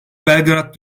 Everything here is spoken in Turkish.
belgrad